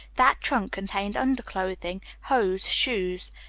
that trunk contained underclothing, hose, shoes,